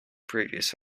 previous